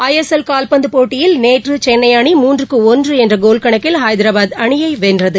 ஐ S L கால்பந்து போட்டியில் நேற்று சென்னை அணி மூன்றுக்கு ஒன்று என்ற கோல் கணக்கில் ஹைதராபாத் அணியை வென்றது